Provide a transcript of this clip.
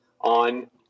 on